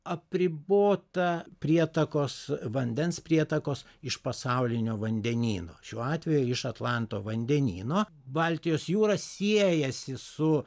apribota prietakos vandens prietakos iš pasaulinio vandenyno šiuo atveju iš atlanto vandenyno baltijos jūra siejasi su